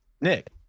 Nick